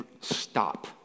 Stop